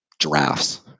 Giraffes